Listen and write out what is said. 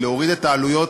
שהגענו למצב